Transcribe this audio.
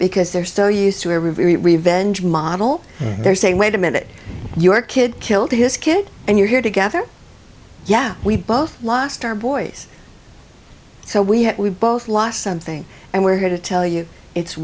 because they're so used to every revenge model they're saying wait a minute your kid killed his kid and you're here together yeah we both lost our boys so we had we both lost something and we're here to tell you it's